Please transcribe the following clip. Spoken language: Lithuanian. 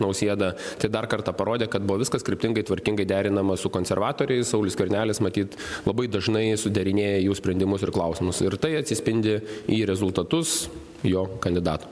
nausėdą tai dar kartą parodė kad buvo viskas kryptingai tvarkingai derinama su konservatoriais saulius skvernelis matyt labai dažnai suderinėja jų sprendimus ir klausimus ir tai atsispindi į rezultatus jo kandidatų